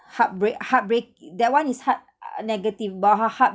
heartbreak heartbreak that one is heart uh negative but how heart